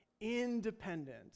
independent